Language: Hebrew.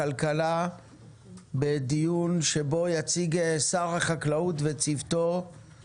של ועדת הכלכלה בדיון שבו יציגו שר החקלאות ומנכ"לית